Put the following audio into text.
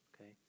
okay